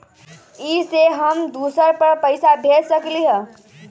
इ सेऐ हम दुसर पर पैसा भेज सकील?